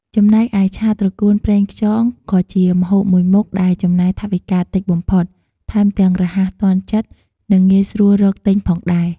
ចំណែកឯ ឆាត្រកួនប្រេងខ្យងក៏ជាម្ហូបមួយមុខដែលចំណាយថវិកាតិចបំផុត ថែមទាំងរហ័សទាន់ចិត្តនិងងាយស្រួលរកទិញផងដែរ។